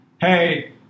hey